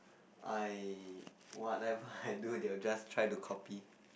I whatever I do they will just try to copy